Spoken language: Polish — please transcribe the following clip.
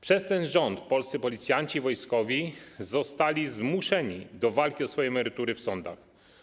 Przez ten rząd polscy policjanci i wojskowi zostali zmuszeni do walki o swoje emerytury w sądach.